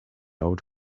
old